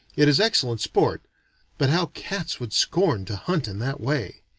it is excellent sport but how cats would scorn to hunt in that way!